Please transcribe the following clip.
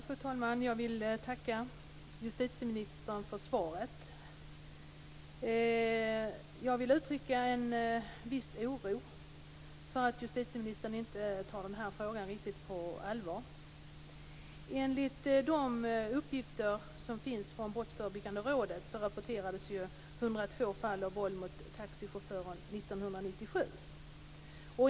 Fru talman! Jag vill tacka justitieministern för svaret men jag vill uttrycka en viss oro för att justitieministern inte tar den här frågan riktigt på allvar. Enligt uppgifter som finns från Brottsförebyggande rådet rapporterades 102 fall av våld mot taxichaufförer 1997.